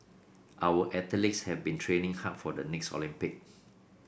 our athletes have been training hard for the next Olympic